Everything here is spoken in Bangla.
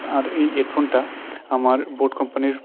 আর এই হেডফোনটা আমার বোট কোম্পানির